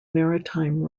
maritime